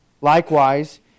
Likewise